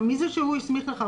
מי זה שהוא הסמיך לכך?